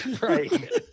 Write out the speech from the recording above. Right